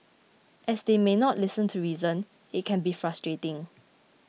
as they may not listen to reason it can be frustrating